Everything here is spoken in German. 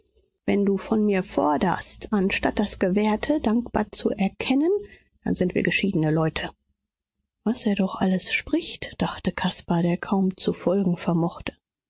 wenn du von mir forderst anstatt das gewährte dankbar zu erkennen dann sind wir geschiedene leute was er doch alles spricht dachte caspar der kaum zu folgen vermochte